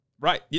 right